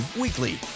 weekly